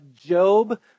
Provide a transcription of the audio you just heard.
Job